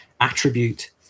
attribute